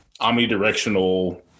omnidirectional